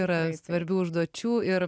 yra svarbių užduočių ir